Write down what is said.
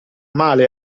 male